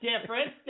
difference